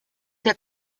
der